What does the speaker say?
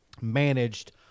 managed